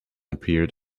appeared